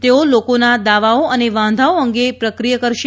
તેઓ લોકોના દાવાઓ અને વાંધાઓ અંગે પ્રક્રિય કરશે